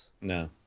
No